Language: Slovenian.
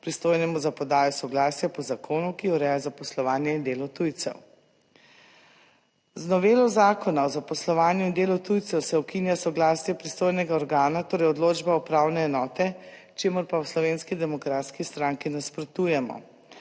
pristojnemu za podajo soglasja po zakonu, ki ureja zaposlovanje in delo tujcev. Z novelo Zakona o zaposlovanju in delu tujcev se ukinja soglasje pristojnega organa, torej odločba upravne enote, čemur pa v Slovenski demokratski stranki nasprotujemo.